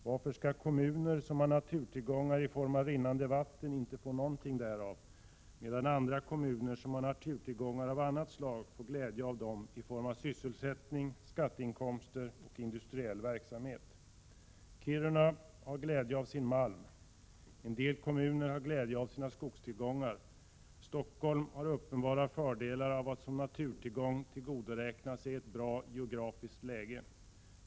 Varför skall kommuner som har naturtillgångar i form av rinnande vatten inte få något därav, medan andra kommuner som har naturtillgångar av annat slag får glädje av dessa i form av sysselsättning, skatteinkomster och industriell verksamhet? Kiruna har glädje av sin malm. En del kommuner har glädje av sina skogstillgångar. Stockholm har uppenbara fördelar av att som naturtillgång kunna tillgodoräkna sig ett bra geografiskt läge.